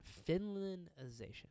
Finlandization